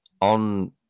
on